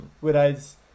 whereas